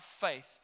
faith